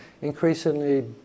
increasingly